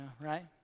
right